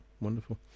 wonderful